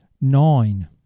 Nine